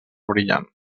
brillant